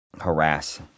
harass